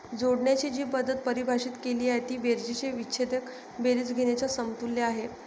जोडण्याची जी पद्धत परिभाषित केली आहे ती बेरजेची विच्छेदक बेरीज घेण्याच्या समतुल्य आहे